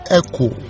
echo